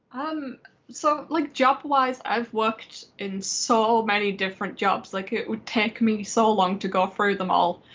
um so like job-wise, i've worked in so many different jobs, like it would take me so long to go through them all.